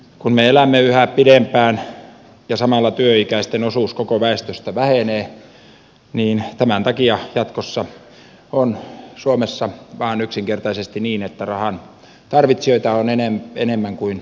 kun me elämme yhä pidempään ja samalla työikäisten osuus koko väestöstä vähenee niin tämän takia jatkossa on suomessa vain yksinkertaisesti niin että rahan tarvitsijoita on enemmän kuin tuottajia